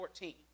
14